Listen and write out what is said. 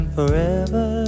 forever